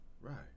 Right